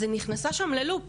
אז היא נכנסה שם ללופ.